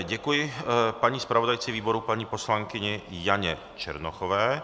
Děkuji paní zpravodajce výboru poslankyni Janě Černochové.